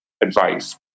advice